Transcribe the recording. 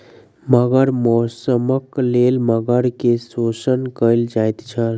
मगर मौसक लेल मगर के शोषण कयल जाइत छल